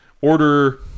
Order